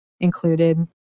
included